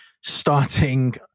starting